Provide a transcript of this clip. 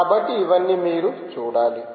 కాబట్టి ఇవన్నీ మీరు చూడాలి